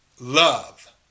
Love